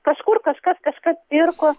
kažkur kažkas kažką pirko